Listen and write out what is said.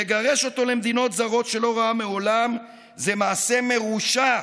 לגרש אותו למדינות זרות שלא ראה מעולם זה מעשה מרושע,